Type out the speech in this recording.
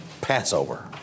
Passover